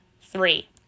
three